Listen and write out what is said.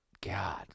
God